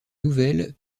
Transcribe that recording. nouvelles